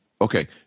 okay